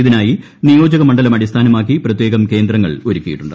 ഇതിനായി നിയോജക മണ്ഡലം അടിസ്ഥാനമാക്കി പ്രത്യേകം കേന്ദ്രങ്ങൾ ഒരുക്കിയിട്ടുണ്ട്